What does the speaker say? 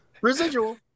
residual